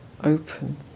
open